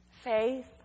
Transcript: faith